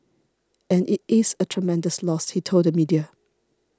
and it is a tremendous loss he told the media